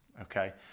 okay